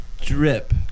Drip